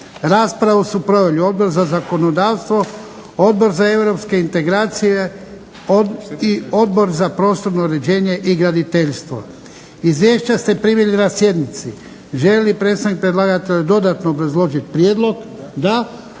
Raspravu su proveli Odbor za zakonodavstvo, Odbor za europske integracije i Odbor za prostorno uređenje i graditeljstvo. Izvješća ste primili na sjednici. Želi li predstavnik predlagatelja dodatno obrazložiti prijedlog? Da.